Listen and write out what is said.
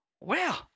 Wow